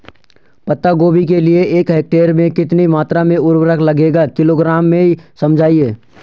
पत्ता गोभी के लिए एक हेक्टेयर में कितनी मात्रा में उर्वरक लगेगा किलोग्राम में समझाइए?